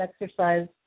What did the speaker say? exercise